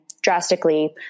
drastically